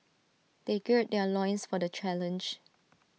they gird their loins for the challenge